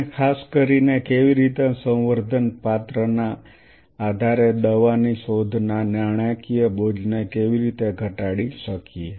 આપણે ખાસ કરીને કેવી રીતે સંવર્ધન પાત્ર ના આધારે દવાની શોધના નાણાકીય બોજને કેવી રીતે ઘટાડી શકીએ